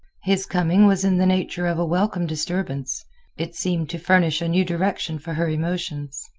his coming was in the nature of a welcome disturbance it seemed to furnish a new direction for her emotions.